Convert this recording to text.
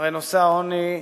הרי נושא העוני,